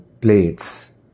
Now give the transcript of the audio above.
plates